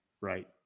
Right